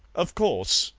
of course,